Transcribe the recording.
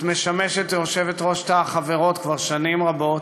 את משמשת יושבת-ראש תא החברות כבר שנים רבות,